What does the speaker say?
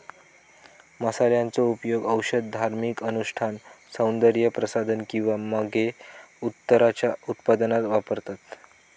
मसाल्यांचो उपयोग औषध, धार्मिक अनुष्ठान, सौन्दर्य प्रसाधन किंवा मगे उत्तराच्या उत्पादनात वापरतत